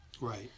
Right